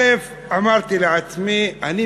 אמרתי לעצמי, א.